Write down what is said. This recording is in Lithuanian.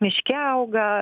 miške auga